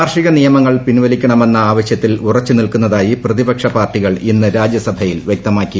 കാർഷിക നിയമങ്ങൾ പിൻവലിക്കണമെന്ന ആവശ്യത്തിൽ ഉറച്ചു നിൽക്കുന്നതായി പ്രതിപക്ഷ പാർട്ടികൾ ഇന്നു രാജ്യസഭയിൽ വൃക്തമാക്കി